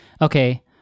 okay